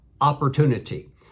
opportunity